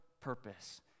purpose